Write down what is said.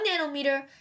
nanometer